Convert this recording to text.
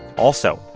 also,